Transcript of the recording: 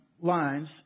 lines